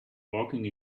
walking